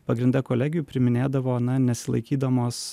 pagrinde kolegijų priiminėdavo na nesilaikydamos